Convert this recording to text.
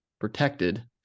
protected